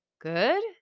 Good